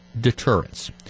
deterrence